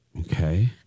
Okay